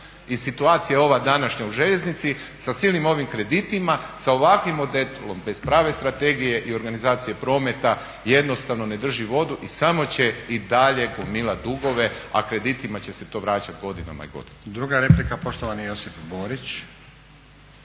I situacija ova današnja u željeznici da silnim ovim kreditima, sa ovakvim …/Govornik se ne razumije./… bez prave strategije i organizacije prometa jednostavno ne drži vodu i samo će i dalje gomilati dugove a kreditima će se to vračati godinama i godinama. **Stazić, Nenad (SDP)** Druga replika, poštovani Josip Borić.